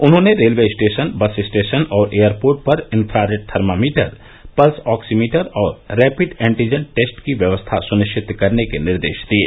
उन्होंने railway station bus station और airport पर इंफ़ारेड थर्मामीटर पल्स ऑक्सीमीटर और रैपिड एंटीजन टेस्ट की व्यवस्था सुनिश्चित करने के निर्देश दिये